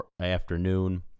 afternoon